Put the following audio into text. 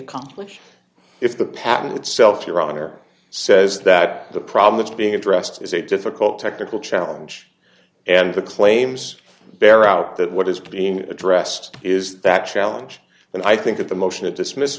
accomplished if the patent itself your honor says that the problem that's being addressed is a difficult technical challenge and the claims bear out that what is being addressed is that challenge and i think that the motion to dismiss